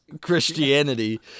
Christianity